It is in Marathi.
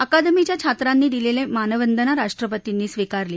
अकादमीच्या छात्रांनी दिलसी मानवंदना राष्ट्रपतींनी स्वीकारली